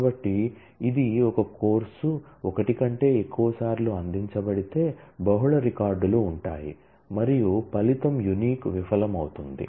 కాబట్టి ఇది ఒక కోర్సు ఒకటి కంటే ఎక్కువసార్లు అందించబడితే బహుళ రికార్డులు ఉంటాయి మరియు ఫలితం యూనిక్ విఫలమవుతుంది